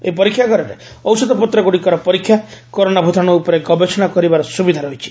ଏହି ପରୀକ୍ଷାଗାରରେ ଔଷଧପତ୍ରଗୁଡ଼ିକର ପରୀକ୍ଷା କରୋନା ଭୂତାଣ୍ର ଉପରେ ଗବେଷଣା କରିବାର ସୁବିଧା ରହିଛି